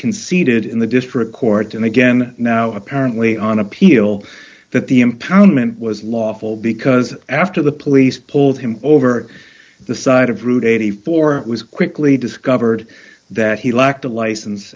conceded in the district court and again now apparently on appeal that the impoundment was lawful because after the police pulled him over the side of route eighty four it was quickly discovered that he lacked a license